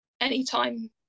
anytime